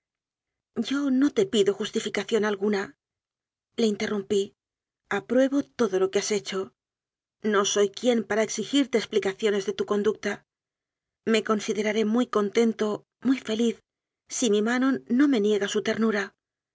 yo no te pido justificación algunale interrum pí apruebo todo lo que has hecho no soy quien para exigirte explicaciones de tu conducta me consideraré muy contento muy feliz si mi ma non no me niega su ternura